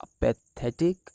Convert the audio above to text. pathetic